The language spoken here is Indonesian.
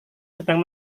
sedang